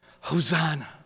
Hosanna